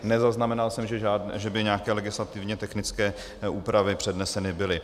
Nezaznamenal jsem, že by nějaké legislativně technické úpravy předneseny byly.